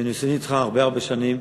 ואני עושה את זה אתך הרבה הרבה שנים,